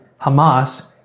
Hamas